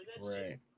Right